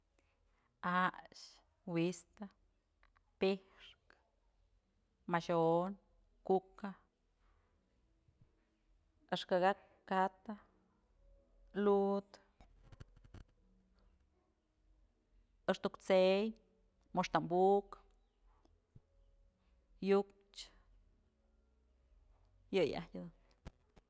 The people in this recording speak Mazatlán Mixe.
A'axë, wi'istë, pi'ixkë, maxyon, kuka, axkaka'ak, katë, lu'udë, axtuk t'sëy, moxtambukë, yukchë, yëyë ajtyë.